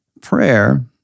Prayer